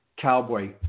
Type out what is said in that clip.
cowboy